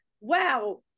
wow